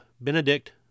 Benedict